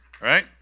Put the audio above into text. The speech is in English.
Right